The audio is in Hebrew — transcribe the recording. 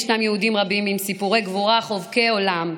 ישנם יהודים רבים עם סיפורי גבורה חובקי עולם,